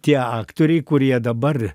tie aktoriai kurie dabar